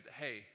hey